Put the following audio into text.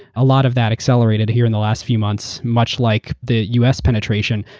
a lot of that accelerated here in the last few months, much like the us penetration,